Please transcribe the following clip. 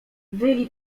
wyli